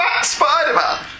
Spider-Man